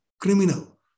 criminal